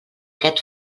aquest